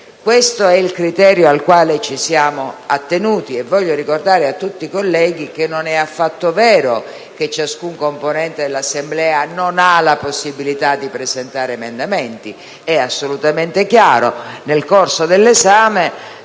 Questo è il criterio al quale ci siamo attenuti. Voglio ricordare a tutti i colleghi che non è affatto vero che ciascun componente dell'Assemblea non ha la possibilità di presentare emendamenti. È assolutamente chiaro, infatti, che